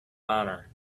honor